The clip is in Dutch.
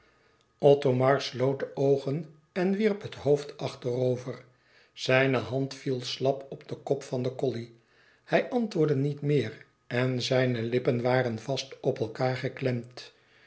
sloot de oogen en wierp het hoofd achterover zijne hand viel slap op den kop van den colley hij antwoordde niet meer en zijne lippen waren vast op elkaâr